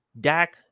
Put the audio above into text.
Dak